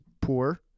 poor